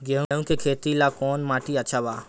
गेहूं के खेती ला कौन माटी अच्छा बा?